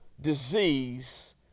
disease